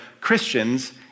Christians